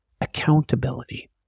accountability